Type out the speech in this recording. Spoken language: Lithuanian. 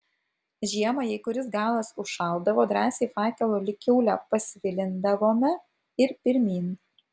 žiemą jei kuris galas užšaldavo drąsiai fakelu lyg kiaulę pasvilindavome ir pirmyn